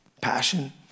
passion